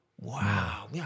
Wow